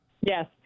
yes